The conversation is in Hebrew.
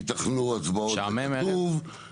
ייתכנו הצבעות, והנה